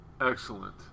Excellent